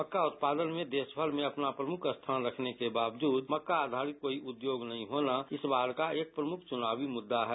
मक्का उत्पादन में देशभर में अपना प्रमुख स्थान रखने के बावजूद मक्का आघारित कोई उद्योग नहीं होना इस बार का एक प्रमुख चुनावी मुद्दा है